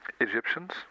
Egyptians